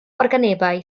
organebau